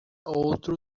outro